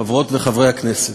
חברות וחברי הכנסת,